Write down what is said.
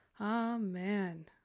Amen